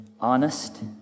Honest